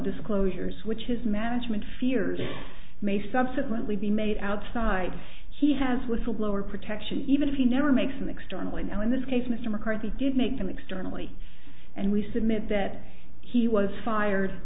disclosures which his management fears may subsequently be made outside he has whistleblower protection even if he never makes an externally now in this case mr mccarthy did make them externally and we submit that he was fired